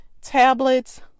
tablets